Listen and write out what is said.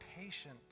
patient